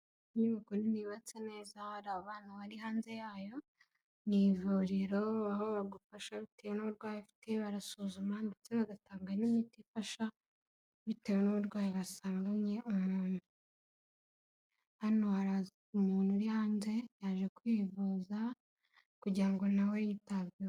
Inyubako nini yubatse neza, hari abantu bari hanze yayo, ni ivuriro aho bagufasha bitewe n'urwayi ufite, barasuzuma, ndetse bagatanga n'imiti ifasha bitewe n'uburwayi basanganye umuntu, hano haraza umuntu uri hanze, yaje kwivuza kugira ngo na we yitabweho.